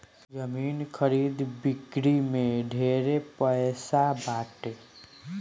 जमीन खरीद बिक्री में ढेरे पैसा बाटे